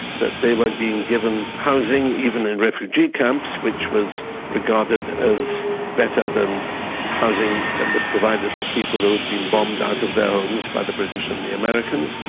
that they were like being given housing, even in refugee camps, which was regarded as better than housing that was provided for people who had been bombed out of their homes by the british and the americans.